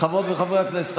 חברות וחברי הכנסת,